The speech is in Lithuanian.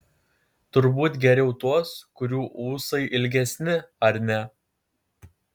turbūt geriau tuos kurių ūsai ilgesni ar ne